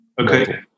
okay